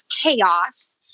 chaos